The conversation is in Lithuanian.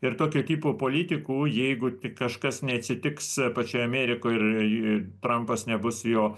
ir tokio tipo politikų jeigu kažkas neatsitiks pačioj amerikoj ir trampas nebus jo